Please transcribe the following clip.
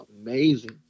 amazing